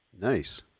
Nice